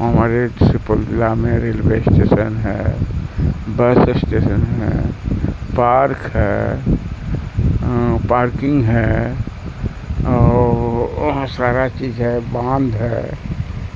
ہمارے سپول ضلع میں ریلوے اسٹیشن ہے بس اسٹیشن ہے پارک ہے پارکنگ ہے اور وہاں سارا چیز ہے باندھ ہے